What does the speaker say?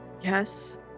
Yes